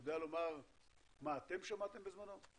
יודע לומר מה אתם שמעתם בזמנו?